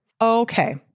Okay